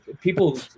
people